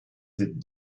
tape